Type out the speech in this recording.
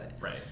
Right